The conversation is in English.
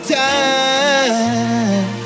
time